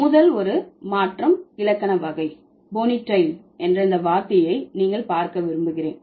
முதல் ஒரு மாற்றம் இலக்கண வகை போனிடெயில் என்ற இந்த வார்த்தையை நீங்கள் பார்க்க விரும்புகிறேன்